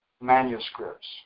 manuscripts